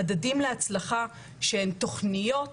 המדדים להצלחה שהם תוכניות,